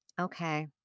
Okay